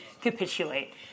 capitulate